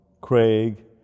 Craig